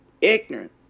ignorant